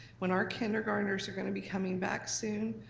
when our kindergartners are gonna be coming back soon,